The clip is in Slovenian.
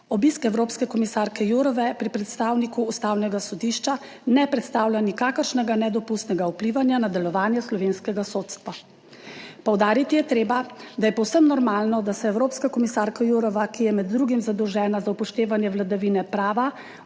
Obisk evropske komisarke Jourove pri predstavniku Ustavnega sodišča ne predstavlja nikakršnega nedopustnega vplivanja na delovanje slovenskega sodstva. Poudariti je treba, da je povsem normalno, da se evropska komisarka Jourová, ki je med drugim zadolžena za upoštevanje vladavine prava,